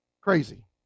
Crazy